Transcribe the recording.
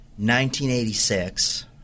1986